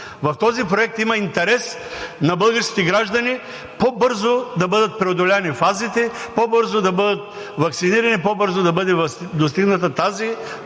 в този проект има интерес на българските граждани по-бързо да бъдат преодолени фазите, по-бързо да бъдат ваксинирани, по-бързо да бъде достигната това